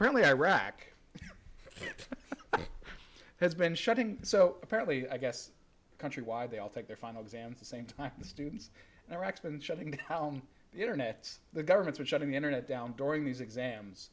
apparently iraq has been shutting so apparently i guess country why they all take their final exams the same time the students in iraq spend shouting to the internets the governments are shutting the internet down during these exams